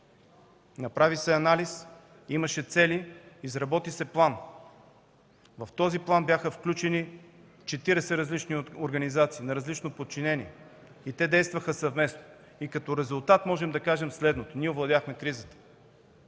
Направи се анализ, имаше цели, изработи се план. В него бяха включени 40 различни организации на различно подчинение и те действаха съвместно. Като резултат можем да кажем следното: ние овладяхме кризата.